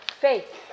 faith